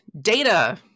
data